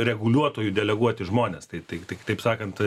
reguliuotojų deleguoti žmonės tai tai tai taip sakant